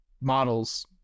models